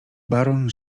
baron